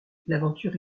l’aventure